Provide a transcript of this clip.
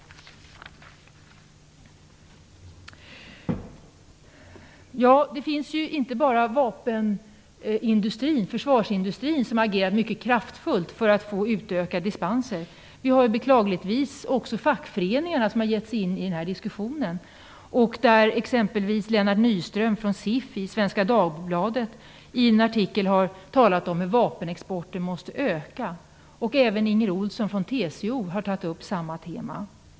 Det är inte bara försvarsindustrin som agerar mycket kraftfullt för att få utökade dispenser. Beklagligtvis har även fackföreningarna gett sig in i den diskussionen. Exempelvis Lennart Nyström från SIF har i Svenska Dagbladet i en artikel talat om hur vapenexporten måste öka. Även Inger Ohlsson från TCO har tagit upp samma tema.